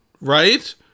right